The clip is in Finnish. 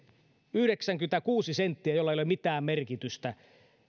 yhdeksänkymmentäkuusi senttiä jolla ei ole tosiasiassa mitään merkitystä